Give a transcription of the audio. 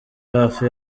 hafi